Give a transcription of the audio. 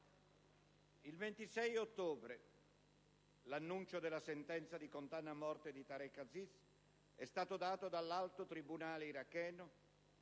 Il 26 ottobre, l'annuncio della sentenza di condanna a morte di Tareq Aziz è stato dato dall'Alto tribunale iracheno